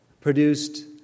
produced